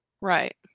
Right